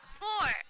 four